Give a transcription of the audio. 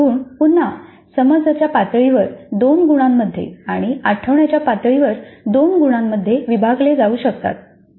हे 4 गुण पुन्हा समजाच्या पातळीवर 2 गुणांमध्ये आणि आठवण्याच्या पातळीवर 2 गुणांमध्ये विभागले गेले आहेत